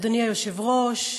אדוני היושב-ראש,